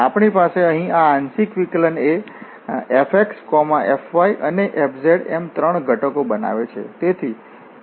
આપણી પાસે અહીં આ આંશિક વિકલન એ fx fy અને fz એમ ત્રણ ઘટકો બનાવે છે